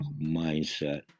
mindset